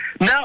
No